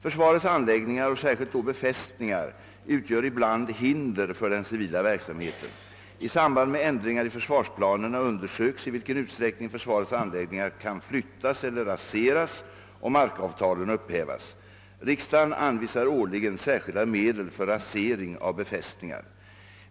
Försvarets anläggningar, och särskilt då befästningar, utgör ibland hinder för den civila verksamheten. I samband med ändringar i försvarsplanerna undersöks i vilken utsträckning försvarets anläggningar kan flyttas eller raseras och markavtalen upphävas. Riksdagen anvisar årligen särskilda medel för rasering av befästningar.